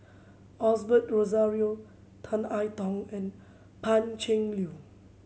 Osbert Rozario Tan I Tong and Pan Cheng Lui